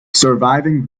surviving